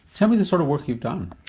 tell me the sort of work you've done.